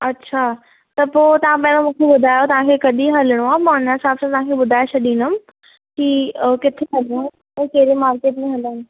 अच्छा त पोइ तव्हां पहिरियों मूंखे ॿुधायो तव्हांखे कॾहिं हलणो आहे मां हुन हिसाब सां मां तव्हांखे ॿुधाए छॾींदमि की अ किथे हलूं ऐं कहिड़े मार्केट में हलूं